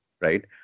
right